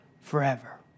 forever